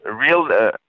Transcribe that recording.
real